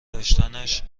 داشتنش